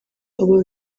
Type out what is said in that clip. aba